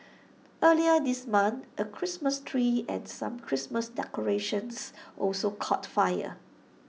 earlier this month A Christmas tree and some Christmas decorations also caught fire